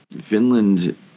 Finland